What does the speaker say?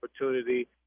opportunity